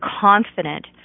confident